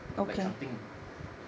like something